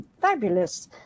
fabulous